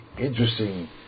interesting